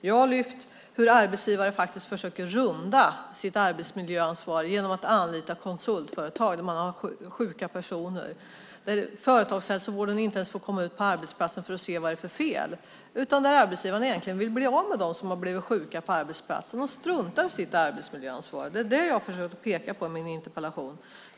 Jag har lyft fram hur arbetsgivare faktiskt försöker runda sitt arbetsmiljöansvar genom att anlita konsultföretag när man har sjuka personer, där företagshälsovården inte ens får komma ut på arbetsplatsen för att se vad det är för fel, utan där arbetsgivaren egentligen vill bli av med dem som har blivit sjuka på arbetsplatsen och struntar i sitt arbetsmiljöansvar. Det är det jag har försökt peka på i min interpellation.